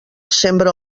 sembra